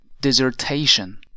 dissertation